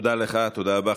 תודה לך, תודה רבה.